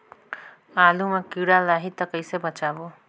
आलू मां कीड़ा लाही ता कइसे बचाबो?